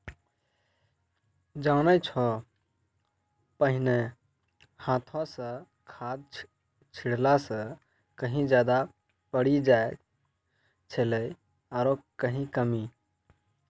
जानै छौ पहिने हाथों स खाद छिड़ला स कहीं ज्यादा पड़ी जाय छेलै आरो कहीं कम